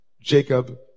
Jacob